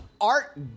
art